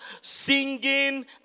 singing